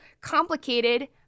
complicated